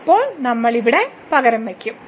ഇപ്പോൾ നമ്മൾ ഇവിടെ പകരം വയ്ക്കും